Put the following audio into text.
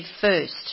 first